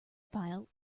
file